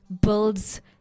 builds